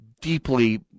deeply